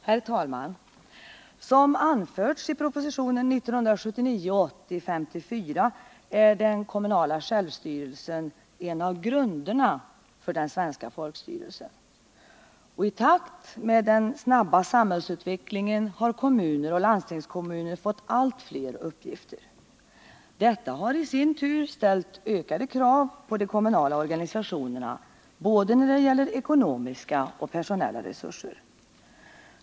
Herr talman! Som anförts i propositionen 1979/80:54 är den kommunala Onsdagen den självstyrelsen en av grunderna för det svenska folkstyret. I takt med den 12 december 1979 snabba samhällsutvecklingen har kommuner och landstingskommuner fått allt fler uppgifter. Detta har i sin tur ställt ökade krav på de kommunala organisationerna vad gäller både ekonomiska och personella resurser.